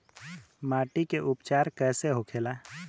माटी के उपचार कैसे होखे ला?